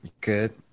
Good